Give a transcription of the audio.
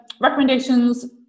recommendations